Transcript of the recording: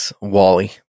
Wally